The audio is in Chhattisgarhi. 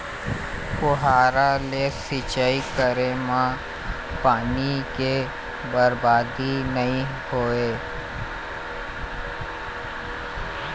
फुहारा ले सिंचई करे म पानी के बरबादी नइ होवय